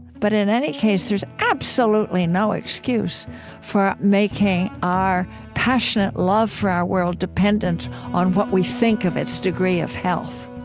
but in any case, there's absolutely no excuse for making our passionate love for our world dependent on what we think of its degree of health,